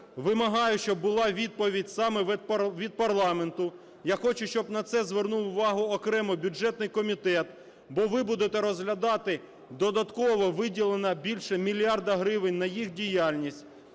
вимагаю, щоб була відповідь саме від парламенту. Я хочу, щоб на це звернув увагу окремо бюджетний комітет, бо ви будете розглядати додаткове виділення більше мільярда гривень на їх діяльність.